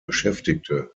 beschäftigte